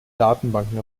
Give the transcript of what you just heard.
datenbanken